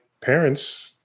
parents